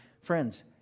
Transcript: friends